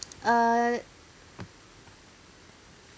uh